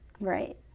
right